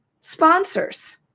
sponsors